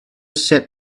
said